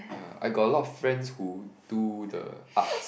ya I got a lot of friends who do the arts